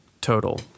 total